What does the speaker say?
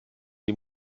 die